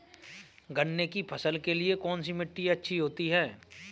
गन्ने की फसल के लिए कौनसी मिट्टी अच्छी होती है?